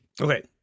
Okay